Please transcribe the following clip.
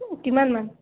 কিমানমান